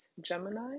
Gemini